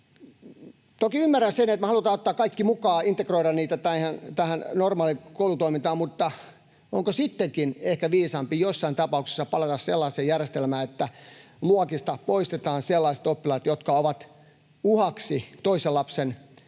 Toki ymmärrän sen, että me halutaan ottaa kaikki mukaan, integroida tähän normaaliin koulutoimintaan, mutta onko sittenkin ehkä viisaampi joissain tapauksissa palata sellaiseen järjestelmään, että luokista poistetaan sellaiset oppilaat, jotka ovat uhaksi toisen lapsen fyysiselle